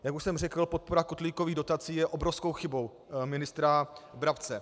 Jak už jsem řekl, podpora kotlíkových dotací je obrovskou chybou ministra Brabce.